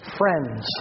friends